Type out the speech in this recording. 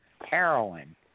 heroin